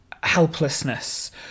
helplessness